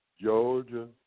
Georgia